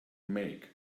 make